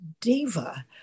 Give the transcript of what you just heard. diva